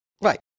Right